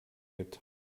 gibt